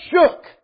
shook